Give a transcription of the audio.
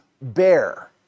bear